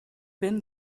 been